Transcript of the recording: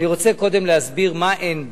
אני רוצה קודם להסביר מה אין בו.